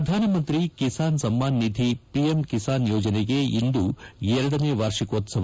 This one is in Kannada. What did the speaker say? ಪ್ರಧಾನ ಮಂತ್ರಿ ಕಿಸಾನ್ ಸಮ್ಮಾನ್ ನಿಧಿ ಪಿಎಂ ಕಿಸಾನ್ ಯೋಜನೆಗೆ ಇಂದು ಎರಡನೇ ವಾರ್ಷಿಕೋತ್ಲವ